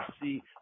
see